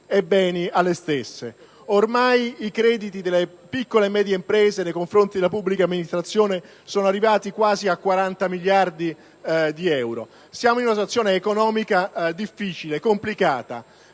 e beni alle stesse. Ormai i crediti delle piccole e medie imprese nei confronti della pubblica amministrazione sono arrivati quasi a 40 miliardi di euro. Siamo in una situazione economica difficile e complicata,